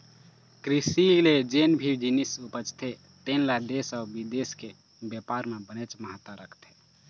कृषि ले जेन भी जिनिस उपजथे तेन ल देश अउ बिदेश के बेपार म बनेच महत्ता रखथे